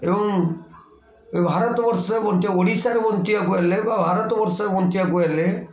ଏବଂ ଭାରତ ବର୍ଷ ବଞ୍ଚିବା ଓଡ଼ିଶାରେ ବଞ୍ଚିବାକୁ ହେଲେ ବା ଭାରତ ବର୍ଷରେ ବଞ୍ଚିବାକୁ ହେଲେ